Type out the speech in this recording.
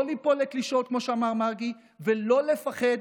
לא ליפול לקלישאות, כמו שאמר מרגי, ולא לפחד.